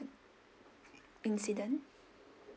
incident